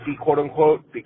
quote-unquote